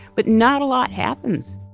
but not a lot happens.